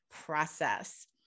process